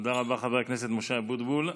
תודה רבה, חבר הכנסת משה אבוטבול.